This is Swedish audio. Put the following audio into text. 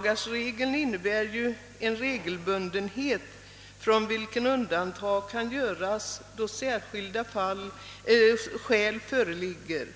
garsregeln innebär ju en regelbundenhet från vilken undantag kan göras då särskilda skäl föreligger,